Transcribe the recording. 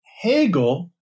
Hegel